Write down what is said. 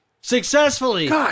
Successfully